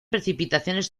precipitaciones